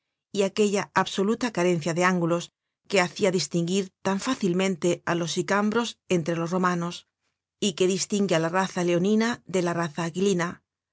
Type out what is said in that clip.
y aquella absoluta carencia de ángulos que hacia distinguir tan fácilmente á los sicambros entre los romanos y que distingue á la raza leonina de la raza aquilina